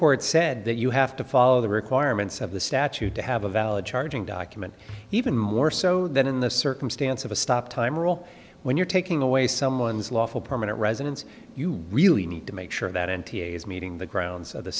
court said that you have to follow the requirements of the statute to have a valid charging document even more so than in the circumstance of a stop time rule when you're taking away someone's lawful permanent residence you really need to make sure that n t a is meeting the grounds